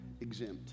exempt